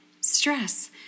Stress